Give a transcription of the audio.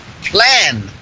plan